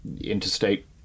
interstate